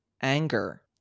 anger